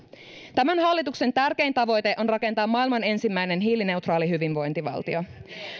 tämän hallituksen tärkein tavoite on rakentaa maailman ensimmäinen hiilineutraali hyvinvointivaltio